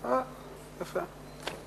יפה.